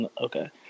Okay